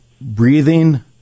breathing